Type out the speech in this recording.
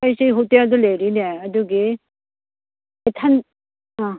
ꯑꯩꯁꯦ ꯍꯣꯇꯦꯜꯗ ꯂꯩꯔꯤꯅꯦ ꯑꯗꯨꯒꯤ ꯑꯥ